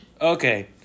Okay